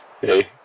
Hey